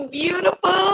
beautiful